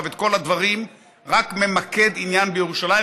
את כל הדברים רק ממקד עניין בירושלים,